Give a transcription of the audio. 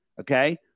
okay